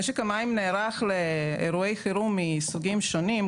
משק המים נערך לאירועי חירום מסוגים שונים,